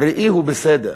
הראי הוא בסדר.